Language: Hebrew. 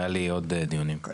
היו לי עוד דיונים.